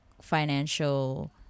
financial